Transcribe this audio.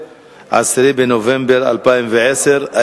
בעד, 8, נגד ונמנעים, אין.